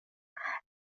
كان